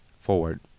forward